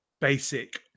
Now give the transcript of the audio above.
basic